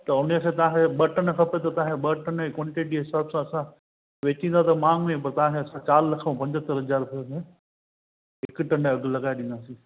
त हुनखे तव्हांखे बटन खपे त बटन ॼी क्वांटिटी ॼे हिसाब सा असां बेचींदा त मांग में ॿ तव्हांजा असां चारि लख ऐं पंजहतरि हज़ार रुपिये में हिकु टन जा अघु लगाए ॾींदासी